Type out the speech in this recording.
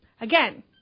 Again